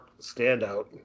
standout